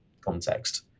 context